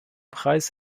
preis